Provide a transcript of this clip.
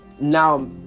Now